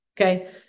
okay